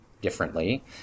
differently